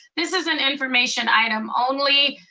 this is an information item only.